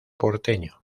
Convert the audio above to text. porteño